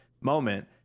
moment